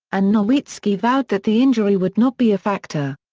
and nowitzki vowed that the injury would not be a factor.